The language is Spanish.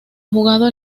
jugado